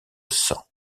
sang